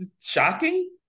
shocking